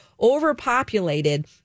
overpopulated